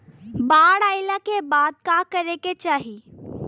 बाढ़ आइला के बाद का करे के चाही?